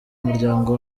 muryango